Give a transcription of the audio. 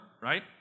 Right